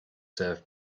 served